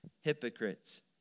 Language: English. hypocrites